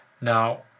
Now